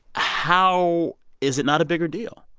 how is it not a bigger deal?